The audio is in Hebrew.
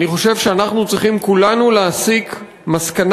אני חושב שאנחנו צריכים כולנו להסיק מסקנה